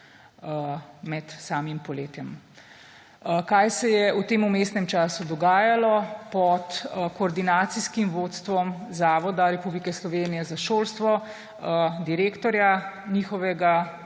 med samim poletjem. Kaj se je v tem vmesnem času dogajalo? Pod koordinacijskim vodstvom Zavoda Republike Slovenije za šolstvo, njihovega